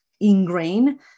ingrain